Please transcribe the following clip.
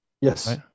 Yes